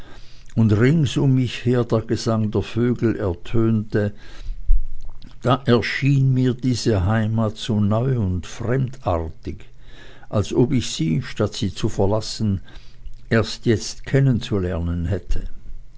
und rings um mich her der gesang der vögel ertönte da erschien mir diese heimat so neu und fremdartig als ob ich sie statt sie zu verlassen erst jetzt kennenzulernen hätte